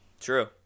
True